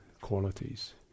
qualities